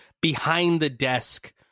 behind-the-desk